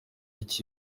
icyo